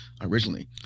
originally